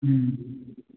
ꯎꯝ